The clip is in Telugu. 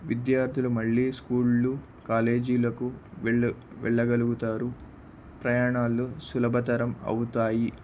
విద్యార్థులు మళ్ళీ స్కూళ్ళు కాలేజీలకు వెళ్ళ వెళ్ళగలుగుతారు ప్రయాణాలు సులభతరం అవుతాయి